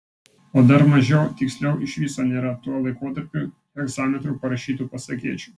o dar mažiau tiksliau iš viso nėra tuo laikotarpiu hegzametru parašytų pasakėčių